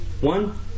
One